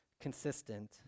consistent